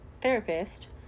therapist